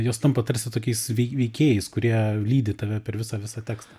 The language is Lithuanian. jos tampa tarsi tokiais vei veikėjais kurie lydi tave per visą visą tekstą